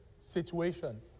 situation